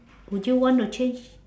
would you want to change